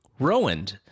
Rowand